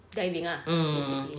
diving ah is okay